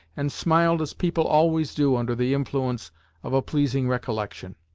and smiled as people always do under the influence of a pleasing recollection.